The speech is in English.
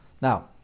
Now